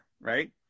right